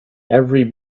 every